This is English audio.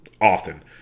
often